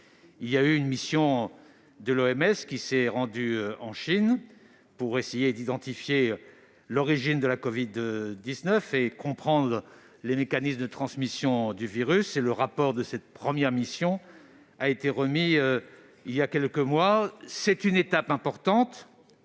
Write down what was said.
...-, une mission de l'OMS s'est rendue en Chine, pour essayer d'identifier l'origine de la covid-19 et de comprendre les mécanismes de transmission du virus. Le rapport de cette première mission a été remis voilà quelques mois. C'est une étape importante